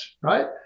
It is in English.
right